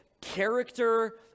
character